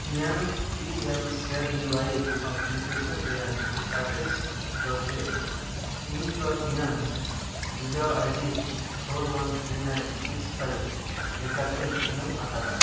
ᱤᱧᱟᱹᱝ P M K V Y application ᱨᱮᱭᱟᱜ status ᱫᱚ ᱪᱮᱫ ᱤᱧᱫᱚ ᱤᱧᱟᱹᱝ ᱵᱤᱰᱟᱹᱣ ID four one three nine six five ᱞᱮᱠᱟᱛᱤᱧ ᱮᱢ ᱟᱠᱟᱫᱟ